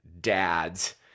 dads